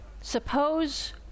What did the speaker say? Suppose